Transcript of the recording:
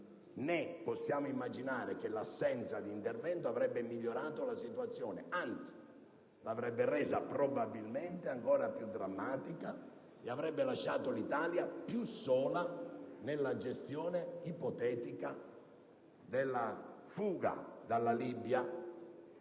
Né possiamo immaginare che l'assenza di intervento avrebbe migliorato la situazione: anzi l'avrebbe resa probabilmente ancora più drammatica, e avrebbe lasciato l'Italia più sola nella gestione ipotetica della fuga dalla Libia